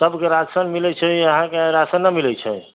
सबके राशन मिलै छै अहाँकेॅं राशन न मिलै छै